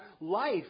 life